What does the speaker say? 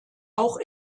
auch